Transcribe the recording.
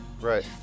right